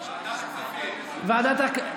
ועדת כספים.